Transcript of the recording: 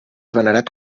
venerat